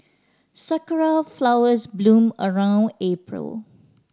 sakura flowers bloom around April